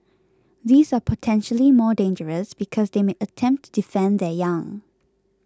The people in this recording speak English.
these are potentially more dangerous because they may attempt to defend their young